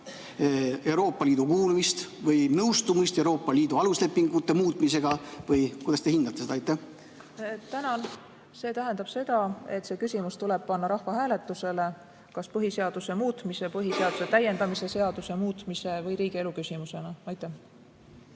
Euroopa Liitu kuulumist või nõustumist Euroopa Liidu aluslepingute muutmisega? Või kuidas te hindate seda? Tänan! See tähendab seda, et see küsimus tuleb panna rahvahääletusele kas põhiseaduse muutmise, põhiseaduse täiendamise seaduse muutmise või riigielu küsimusena. Tänan!